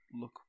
look